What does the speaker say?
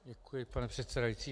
Děkuji, pane předsedající.